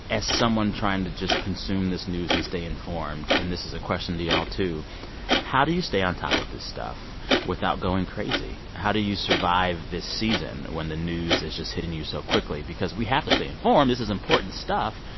as someone trying to just consume this news and stay informed and this is a question to y'all, too how do you stay on top of this stuff without going crazy? how do you survive this season when the news is just hitting you so quickly? because we have to stay informed. this is important stuff.